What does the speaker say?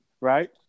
right